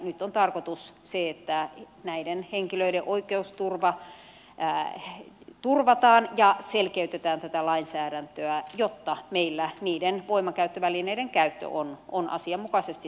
nyt on tarkoitus se että näiden henkilöiden oikeusturva turvataan ja selkeytetään tätä lainsäädäntöä jotta meillä niiden voimankäyttövälineiden käyttö on asianmukaisesti säädeltyä